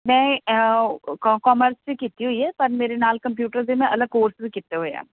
ਮੈਂ ਕੋ ਕਾਮਰਸ ਦੀ ਕੀਤੀ ਹੋਈ ਹੈ ਪਰ ਮੇਰੇ ਨਾਲ ਕੰਪਿਊਟਰ ਦੇ ਨਾ ਅਲੱਗ ਕੋਰਸ ਵੀ ਕੀਤੇ ਹੋਏ ਆ